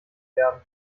werden